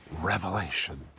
revelation